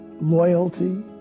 loyalty